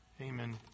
Amen